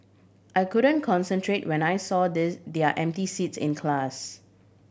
I couldn't concentrate when I saw they their empty seats in class